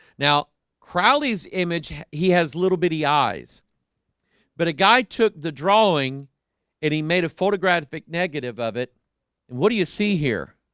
now crowley's image. he has little bitty eyes but a guy took the drawing and he made a photographic negative of it. and what do you see here?